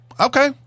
Okay